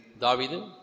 David